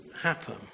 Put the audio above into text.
happen